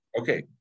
okay